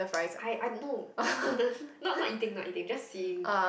I I no no not not eating not eating just seeing